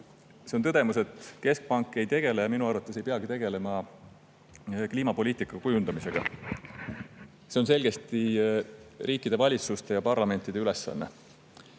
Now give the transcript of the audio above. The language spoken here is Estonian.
See on tõdemus, et keskpank ei tegele ja minu arvates ei peagi tegelema kliimapoliitika kujundamisega. See on selgesti riikide valitsuste ja parlamentide ülesanne.